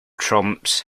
trumps